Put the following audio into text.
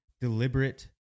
deliberate